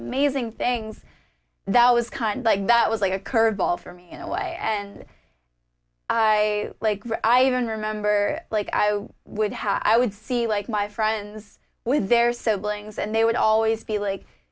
amazing things that was kind of like that was like a curveball for me in a way and i like i even remember like i would have i would see like my friends with they're so billings and they would always be like